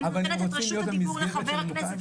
אני נותנת את רשות הדיבור לחבר הכנסת קינלי,